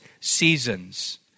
seasons